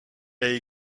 est